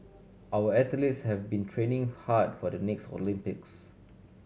our athletes have been training hard for the next Olympics